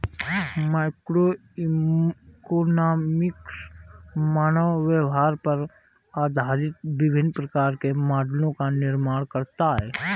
microeconomics मानव व्यवहार पर आधारित विभिन्न प्रकार के मॉडलों का निर्माण करता है